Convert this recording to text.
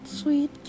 sweet